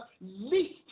least